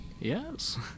Yes